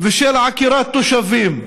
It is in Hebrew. ושל עקירת תושבים.